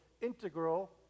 integral